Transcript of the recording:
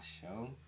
show